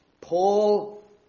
Paul